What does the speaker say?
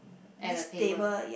at the table